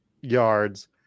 yards